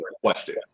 question